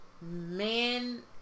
man